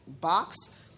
box